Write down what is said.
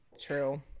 True